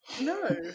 No